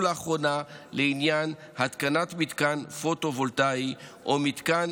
לאחרונה לעניין התקנת מתקן פוטו-וולטאי או מתקן